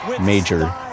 major